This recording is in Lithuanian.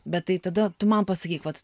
bet tai tada tu man pasakyk vat